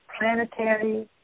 planetary